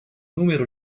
numero